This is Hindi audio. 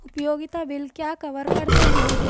उपयोगिता बिल क्या कवर करते हैं?